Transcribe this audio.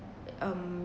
um